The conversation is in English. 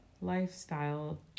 lifestyle